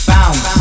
Bounce